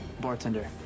Bartender